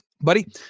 buddy